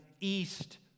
East